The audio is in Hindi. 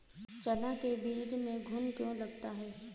चना के बीज में घुन क्यो लगता है?